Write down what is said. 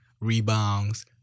rebounds